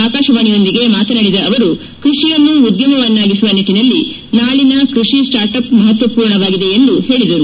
ಆಕಾಶವಾಣಿಯೊಂದಿಗೆ ಮಾತನಾಡಿದ ಅವರು ಕೃಷಿಯನ್ನು ಉದ್ದಮವನ್ನಾಗಿಸುವ ನಿಟ್ಲನಲ್ಲಿ ನಾಳನ ಕೃಷಿ ಸ್ವಾಟ್ ಆಫ್ ಮಹತ್ವಸೂರ್ಣವಾಗಿದೆ ಎಂದು ಹೇಳದರು